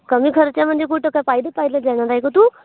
कमी खर्च्यामध्ये कुठं काय पायले पायले जाणार आहे का तू